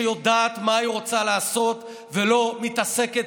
שיודעת מה היא רוצה לעשות ולא מתעסקת